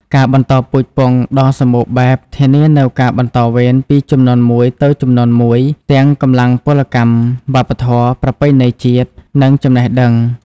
ការបន្តពូជពង្សដ៏សម្បូរបែប ធានានូវការបន្តវេន ពីជំនាន់មួយទៅជំនាន់មួយ ទាំងកម្លាំងពលកម្ម វប្បធម៌ ប្រពៃណីជាតិ និងចំណេះដឹង។